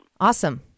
Awesome